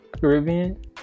Caribbean